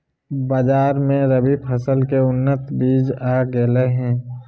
बाजार मे रबी फसल के उन्नत बीज आ गेलय हें